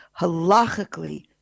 halachically